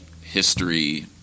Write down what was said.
history